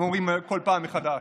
הם אומרים כל פעם מחדש.